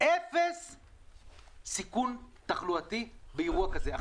שמי שוקי שדה ואני